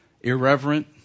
irreverent